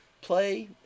Play